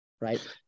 right